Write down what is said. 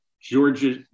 Georgia